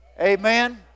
Amen